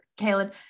Kaylin